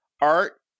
Art